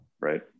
Right